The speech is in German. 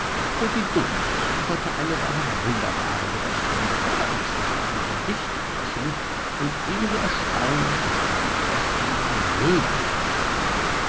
posidonius lieferte eine wahrhaft wunderbare berechnung der erdatmosphäre und der lichtbrechung und ebenso erstaunlich ist seine berechnung der größe der sonne